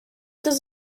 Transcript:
does